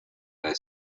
air